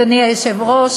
אדוני היושב-ראש,